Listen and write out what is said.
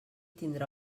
tindrà